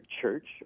church